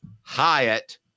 Hyatt